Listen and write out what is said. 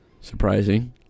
Surprising